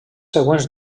següents